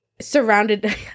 surrounded